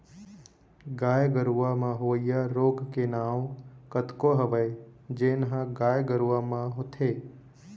गाय गरूवा म होवइया रोग के नांव कतको हवय जेन ह गाय गरुवा म होथे